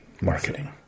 Marketing